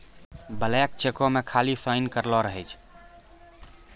blank चेको मे खाली साइन करलो रहै छै